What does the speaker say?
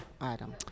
item